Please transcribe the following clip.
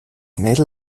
mädel